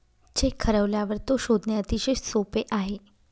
check हरवल्यावर तो शोधणे अतिशय सोपे आहे